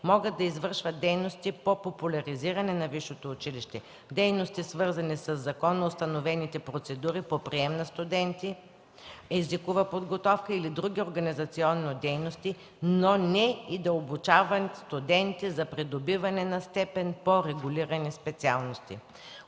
могат да извършват дейности по популяризиране на висшето училище; дейности, свързани със законоустановените процедури по прием на студенти, езикова подготовка или други организационни дейности, но не и да обучават студенти за придобиване на степен по регулирани специалности.